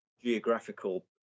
geographical